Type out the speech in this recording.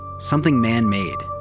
something man-made.